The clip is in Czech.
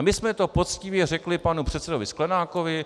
My jsme to poctivě řekli panu předsedovi Sklenákovi.